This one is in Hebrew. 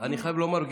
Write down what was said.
אני חייב לומר,